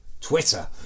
Twitter